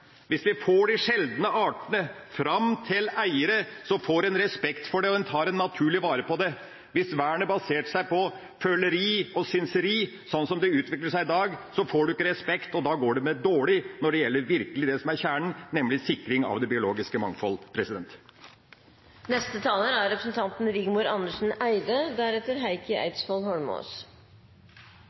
Hvis vi får de sjeldne artene fram til eierne, får en respekt for det, og en tar naturlig vare på det. Hvis vernet er basert på føleri og synsing, sånn som det utvikler seg i dag, får en ikke respekt, og da går det dårlig når det gjelder det som virkelig er kjernen, nemlig sikring av det biologiske